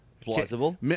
plausible